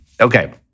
Okay